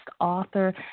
author